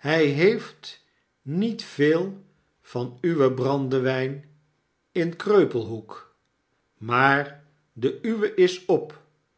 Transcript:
hy heeft niet veel van uw brandewijn in kreupelhoek maar de uwe is op